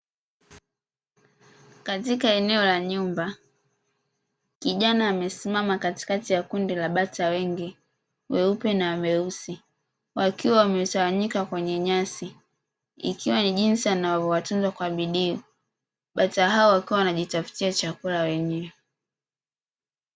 Katika eneo la nyumba kijana amesimama katikati ya kundi la bata wengi weupe na weusi, wakiwa wametawanyika kwenye nyasi ikiwa ni jinsi anavyowatunza kwa bidii, bata hao wakiwa wanajitafutia chakula wenyewe.